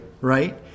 right